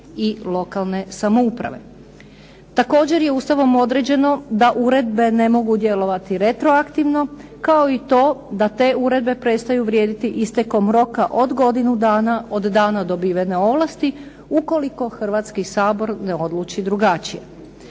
i lokalne samouprave. Također je Ustavom određeno da uredbe ne mogu djelovati retroaktivno, kao i to da te uredbe prestaju vrijediti istekom roka od godinu dana od dana dobivene ovlasti, ukoliko Hrvatski sabor ne odluči drugačije.